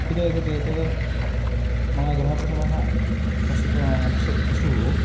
कुतः इति चेत् मम गृहपशवः पशुः पशुः पशुः